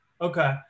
Okay